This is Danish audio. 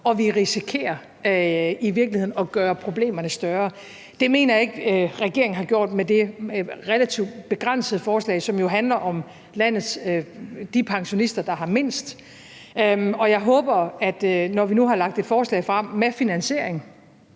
og at vi i virkeligheden risikerer at gøre problemerne større. Det mener jeg ikke at regeringen har gjort med det relativt begrænsede forslag, som jo handler om de pensionister, der har mindst, og jeg håber, at vi, når vi nu har lagt et forslag frem med en finansiering,